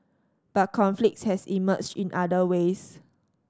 but conflict has emerged in other ways